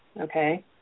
Okay